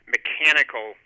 mechanical